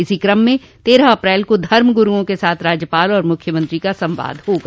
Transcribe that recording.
इसी क्रम में तेरह अप्रैल को धर्मगुरूओं के साथ राज्यपाल और मुख्यमंत्री का संवाद होगा